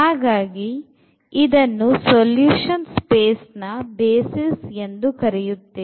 ಹಾಗಾಗಿ ಇದನ್ನು solution space ನ basis ಎಂದು ಕರೆಯುತ್ತೇವೆ